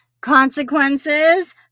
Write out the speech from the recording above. consequences